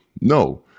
No